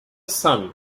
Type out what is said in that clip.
son